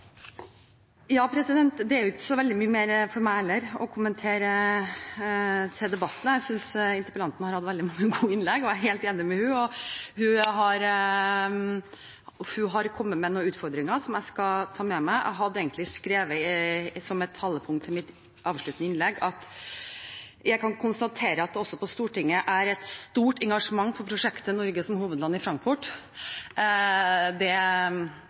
Det er ikke så veldig mye mer for meg, heller, å kommentere til debatten. Jeg synes interpellanten har hatt veldig mange gode innlegg, og jeg er helt enig med henne. Hun har kommet med noen utfordringer som jeg skal ta med meg. Jeg hadde egentlig skrevet som et talepunkt i mitt avsluttende innlegg at jeg kan konstatere at det også på Stortinget er et stort engasjement for prosjektet «Norge som hovedland på bokmessen i Frankfurt 2019». Det